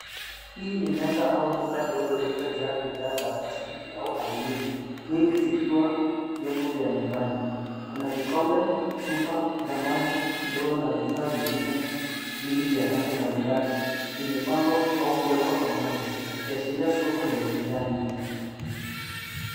Hii ni meza au duka ndogo lililojaa bidhaa za plastiki au alumini, nyingi zikiwa vyombo vya nyumbani. Kuna vikombe, chupa za maji, ndoo na vifaa vingine vingi vya rangi mbalimbali. Vimepangwa au kuwekwa pamoja, ikiashiria soko lenye bidhaa nyingi.